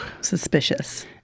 Suspicious